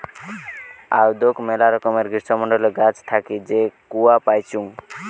আদৌক মেলা রকমের গ্রীষ্মমন্ডলীয় গাছ থাকি যে কূয়া পাইচুঙ